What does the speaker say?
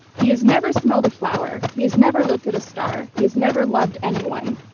he has never smelled a flower. he has never looked at a star. he has never loved anyone.